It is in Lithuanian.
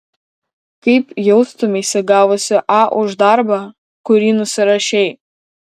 kaip jaustumeisi gavusi a už darbą kurį nusirašei